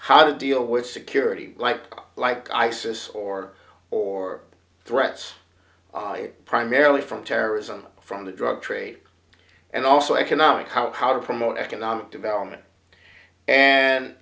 how to deal with security like like isis or or threats primarily from terrorism from the drug trade and also economic out how to promote economic development and